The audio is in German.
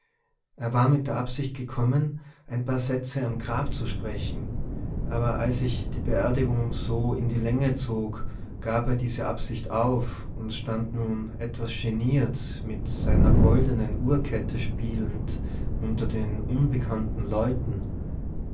er war mit der absicht gekommen ein paar sätze am grabe zu sprechen aber als sich die beerdigung so in die länge zog gab er diese absicht auf und stand nun etwas geniert mit seiner goldenen uhrkette spielend unter den unbekannten leuten